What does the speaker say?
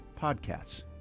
podcasts